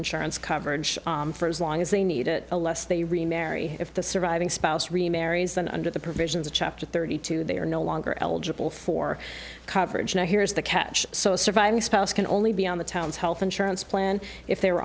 insurance coverage for as long as they need it the less they remarry if the surviving spouse remarries then under the provisions of chapter thirty two they are no longer eligible for coverage now here's the catch so surviving spouse can only be on the town's health insurance plan if they were